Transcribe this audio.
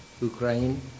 Ukraine